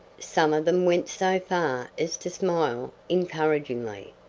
some of them went so far as to smile encouragingly,